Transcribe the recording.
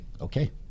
okay